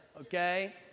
okay